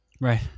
Right